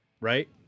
right